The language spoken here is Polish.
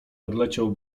odleciał